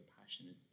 passionate